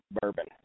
bourbon